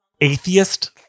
atheist